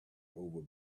over